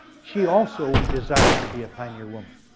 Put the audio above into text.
she also desired to be a pioneer woman,